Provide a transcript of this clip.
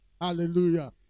Hallelujah